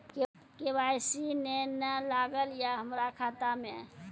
KYC ने न लागल या हमरा खाता मैं?